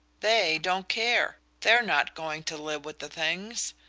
they don't care they're not going to live with the things!